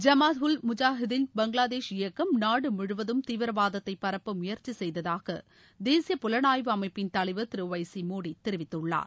ஜமாத் உள் முஜாவுதின் பங்ளாதேஷ் இயக்கம் நாடு முழுவதும் தீவிரவாதத்தை பரப்ப முயற்சி செய்ததாக தேசிய புலனாய்வு அமைப்பின் தலைவர் திரு ஒய் சி மோடி தெரிவித்துள்ளார்